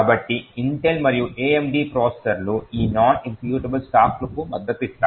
కాబట్టి ఇంటెల్ మరియు AMD ప్రాసెసర్లు ఈ నాన్ ఎక్జిక్యూటబుల్ స్టాక్లకు మద్దతు ఇస్తాయి